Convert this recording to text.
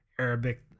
Arabic